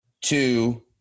Two